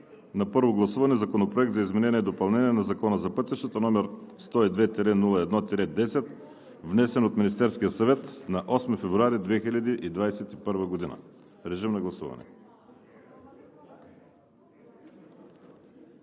на първо гласуване Законопроект за изменение и допълнение на Закона за пътищата, № 102-01-10, внесен от Министерския съвет на 8 февруари 2021 г. Гласували